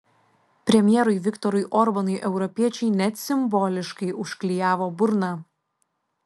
premjerui viktorui orbanui europiečiai net simboliškai užklijavo burną